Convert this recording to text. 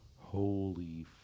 Holy